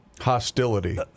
Hostility